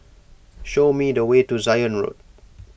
show me the way to Zion Road